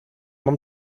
mam